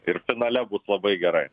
ir finale bus labai gerai